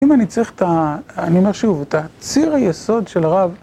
אם אני צריך את ה... אני אומר שוב, את הציר היסוד של הרב...